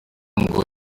ngo